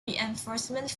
reinforcements